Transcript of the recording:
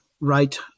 right